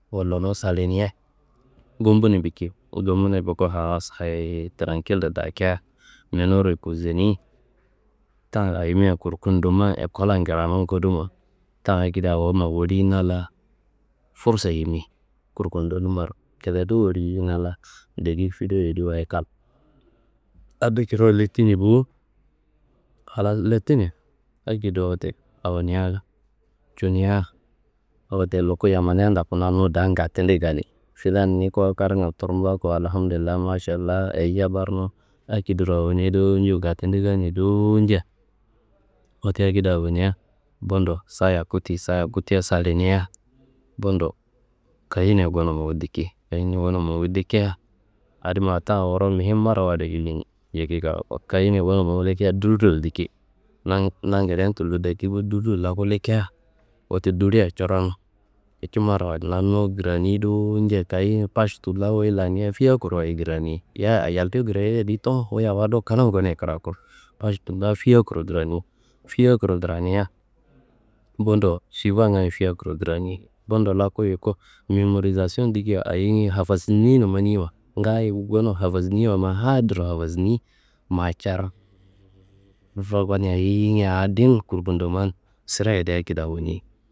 Wollonu salinia gumbuni biki, gumgbuni buku halas hayi trankillo daakia menu reposeni ta ayimia kurkudoma ekollan kranu kodumo ta akedi awonumma woliyina la fursa yimi kurkudonnummaro kiledu woliyina la dekiki fidowu yedi wayi kal. Ado kiriwo letini bo, halas letini akedo wote awonia cunia. Wote luku yammani ndoku nannu daan gatude gaanei. Fulan ni ko karkan turumba ko? Alhamdullayi Mašalla ayi habarnun. Akediro awonei dowo ñuno gaatude gaanei dowo ña, wote akediro awonia budo sa yaku ti, sa yaku tia salinia. Budo kayiyeniya goni muku liki, kayiyeniya gonu muku likia adi ma ta wuro muhim marawayid kayiyeniya gonu muku likia duliro liki na- nangede tullo daki bo. Duliro laku likia, wote dulian coron kici marawayid, nannu krani dowo ña kayiyeni paš tullo wuyi lannia fiakuro wayi krani. Yayi ayalca krayei yadi tunu, wuyi awo do klan gonia kiraku paš tulla fiakuro krani. Fiakuro krania, budu suvangaye fiakuru krani, budu laku yuku memorisasiwo dikiwa ayinge hafasni maniwa ngaayo gonu hafasniwa ma hadurro hafasni ma car ayinge awo dim kurkudoman sire yedo akedo awoni.